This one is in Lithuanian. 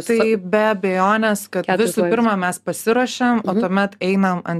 tai be abejonės kad visų pirma mes pasiruošiam o tuomet einam ant